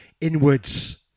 inwards